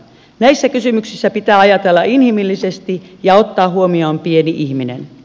näissä kysymyksissä pitää ajatella inhimillisesti ja ottaa huomioon pieni ihminen